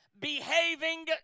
behaving